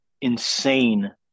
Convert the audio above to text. insane